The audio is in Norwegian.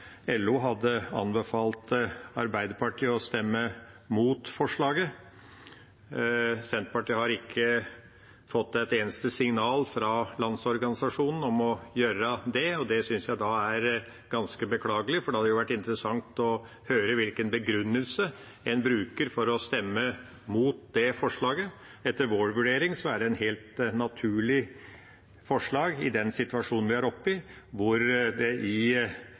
LO hadde anbefalt Arbeiderpartiet å stemme imot forslaget. Senterpartiet har ikke fått et eneste signal fra Landsorganisasjonen om å gjøre det, og det synes jeg er ganske beklagelig, for det hadde vært interessant å høre hvilken begrunnelse en bruker for å stemme imot det forslaget. Etter vår vurdering er det et helt naturlig forslag i den situasjonen vi er oppe i, der det i